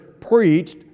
preached